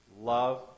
Love